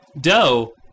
dough